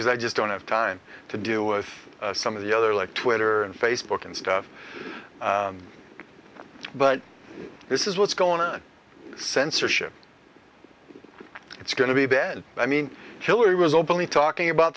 is i just don't have time to do with some of the other like twitter and facebook and stuff but this is what's going to censorship it's going to be bed i mean hillary was openly talking about